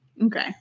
Okay